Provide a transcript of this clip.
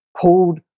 pulled